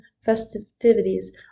festivities